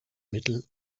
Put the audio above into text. mittel